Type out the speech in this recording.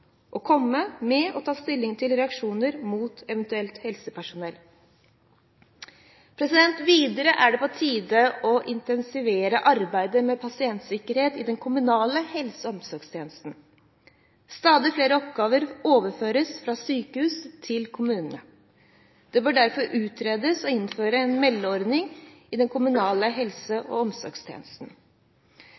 å komme med og ta stilling til eventuelle reaksjoner mot helsepersonell. Videre er det på tide å intensivere arbeidet med pasientsikkerhet i den kommunale helse- og omsorgstjenesten. Stadig flere oppgaver overføres fra sykehus til kommunene. Det bør derfor utredes å innføre en meldeordning i den kommunale helse- og omsorgstjenesten.